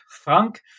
Frank